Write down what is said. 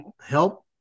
help